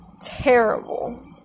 terrible